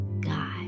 God